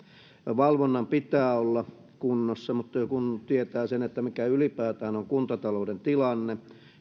valvonnan pitää olla kunnossa mutta kun tietää sen mikä ylipäätään on kuntatalouden tilanne